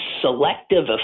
selective